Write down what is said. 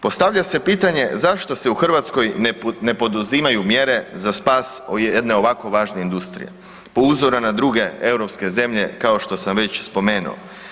Postavlja se pitanje zašto se u Hrvatskoj ne poduzimaju mjere za spas jedne ovako važne industrije po uzoru na druge europske zemlje kao što sam već spomenuo?